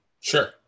Sure